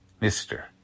Mister